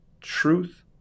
truth